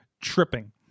tripping